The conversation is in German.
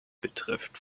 betrifft